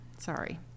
Sorry